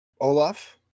Olaf